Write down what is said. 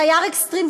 כתייר אקסטרים,